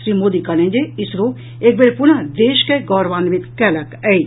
श्री मोदी कहलनि जे इसरो एक बेर पुनः देश के गौरवान्वित कयलक अछि